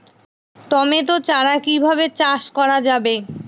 Tomato চারা কিভাবে চাষ করা যাবে?